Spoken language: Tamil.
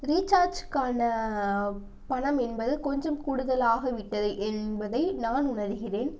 ரீசார்ஜ்க்கான பணம் என்பது கொஞ்சம் கூடுதலாக விட்டது என்பதை நான் உணருகிறேன்